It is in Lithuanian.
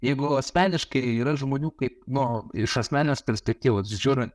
jeigu asmeniškai yra žmonių kaip nu iš asmeninės perspektyvos žiūrint